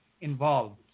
involved